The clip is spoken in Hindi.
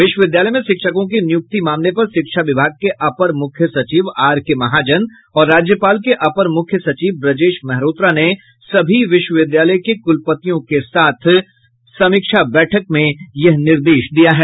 विश्वविद्यालय में शिक्षकों की नियुक्ति मामले पर शिक्षा विभाग के अपर मुख्य सचिव आर के महाजन और राज्यपाल के अपर मुख्य सचिव ब्रजेश मेहरोत्रा ने सभी विश्वविद्यालय के कुलपतियों के साथ समीक्षा बैठक में यह निर्देश दिया है